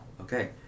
Okay